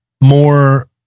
more